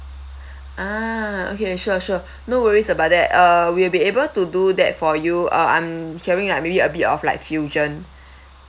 ah okay sure sure no worries about that uh we will be able to do that for you uh I'm hearing like maybe a bit of like fusion